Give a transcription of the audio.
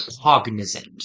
cognizant